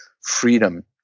freedom